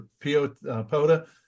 POTA